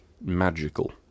magical